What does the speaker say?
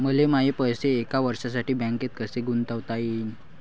मले माये पैसे एक वर्षासाठी बँकेत कसे गुंतवता येईन?